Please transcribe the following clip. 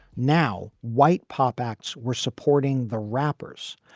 now white pop acts were supporting the rappers.